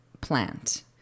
plant